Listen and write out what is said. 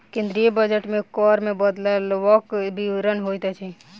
केंद्रीय बजट मे कर मे बदलवक विवरण होइत अछि